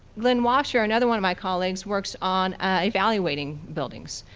glenn washer, another one of my colleagues, works on evaluating buildings.